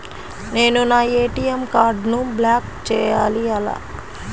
నేను నా ఏ.టీ.ఎం కార్డ్ను బ్లాక్ చేయాలి ఎలా?